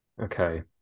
Okay